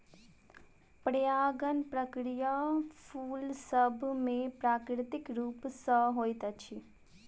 परागण प्रक्रिया फूल सभ मे प्राकृतिक रूप सॅ होइत अछि